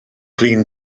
flin